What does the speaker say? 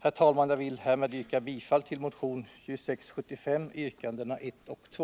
Jag vill härmed yrka bifall till motionen 2675 yrkandena 1 och 2.